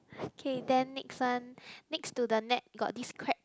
K then next one next to the net got this crab